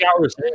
hours